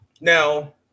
Now